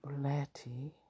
Blatty